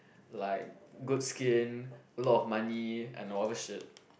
like good skin a lot of money and whatever shit